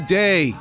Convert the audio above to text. day